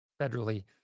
federally